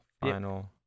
Final